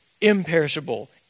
imperishable